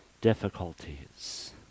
difficulties